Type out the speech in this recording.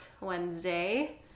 Wednesday